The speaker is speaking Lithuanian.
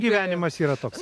gyvenimas yra toks